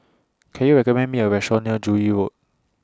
Can YOU recommend Me A Restaurant near Joo Yee Road